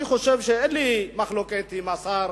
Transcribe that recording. אני חושב שאין לי מחלוקת עם השר,